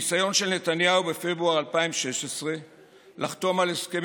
ניסיון של נתניהו בפברואר 2016 לחתום על הסכם